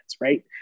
right